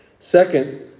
Second